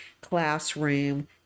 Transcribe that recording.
classroom